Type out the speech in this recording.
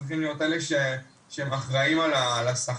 צריכים להיות אלה שאחראים על השכר,